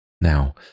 Now